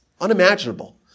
unimaginable